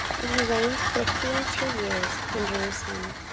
and he reigned fifty and two years in jerusalem.